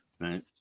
Right